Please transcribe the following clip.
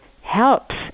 helps